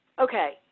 Okay